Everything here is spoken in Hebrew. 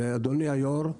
-- ואדוני היושב-ראש,